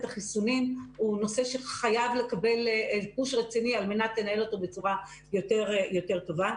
החיסונים הוא נושא שחייב לקבל push רציני על מנת לנהל אותו בצורה יותר טובה.